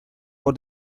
for